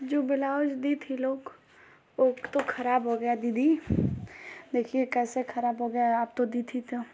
जो ब्लाउज़ दी थी लोग वह तो खराब हो गया दीदी देखिए कैसे खराब हो गया आप तो दी थी तो